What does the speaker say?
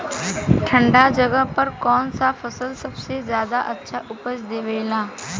ठंढा जगह पर कौन सा फसल सबसे ज्यादा अच्छा उपज देवेला?